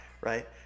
right